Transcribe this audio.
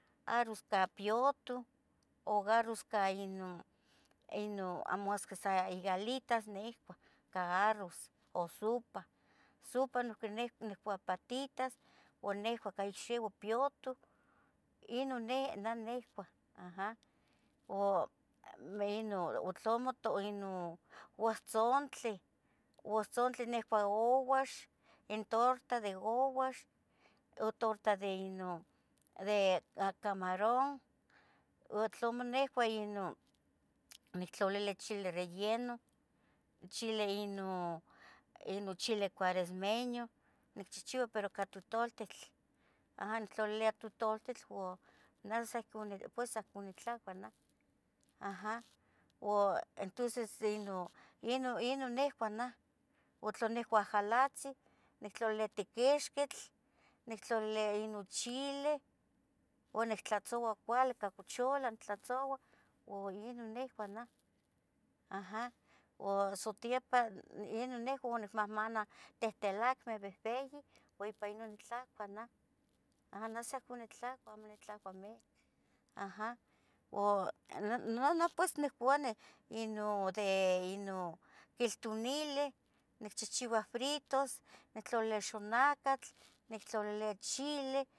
arroz ca piyoto o garroz masqui sa ica galitas nicuah ica garroz o sopa, sopa nouqui incoua patitas, noso nihcua ixiua piyotoh Inon nihcua aja. Uahtzontli, uahtzontli nicuah. Nicua ouax, en torta de ouax, o torta de Inon, torta de camarón. O Tlamo nicuah Inon nictlolilia chile relleno, chile Inon, ino chili cueresmeño, nichihchiu, pero ica tutoltitl, nictlalilia totultitl aja nictlalilia totultitl naj san ohcon nitlacua entonces Inon ino nicuah nah, aja oino nicuah nah aja. Tla nicuah jalahtzin. nictlalilia tiquixquitl, nictlalilia inon chile, uan nictlatzoua cuali ica cuchalah, nictlatzouah cuali, Inon nicuah naj aja. Satiepan neh nicmanah tihtilacmeh vehveyin ipan Inon nictlacua nah o aja ne san ohcon nitlacua amo nitlacua mic aja. Bueno pues de ino quiltunilih nihchichiua fritos, nitlolilia xonacatl, nictlolilia chilih